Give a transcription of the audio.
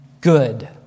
good